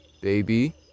baby